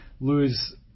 lose